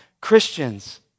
Christians